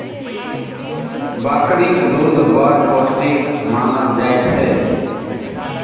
बकरीक दुध बड़ पौष्टिक मानल जाइ छै